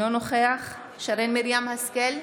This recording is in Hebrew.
אינו נוכח שרן מרים השכל,